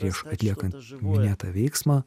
prieš atliekant minėtą veiksmą